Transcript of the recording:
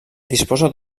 disposa